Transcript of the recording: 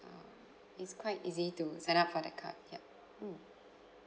um it's quite easy to sign up for the card yup mm